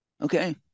Okay